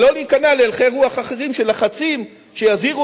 ולא להיכנע להלכי רוח אחרים של לחצים שיזהירו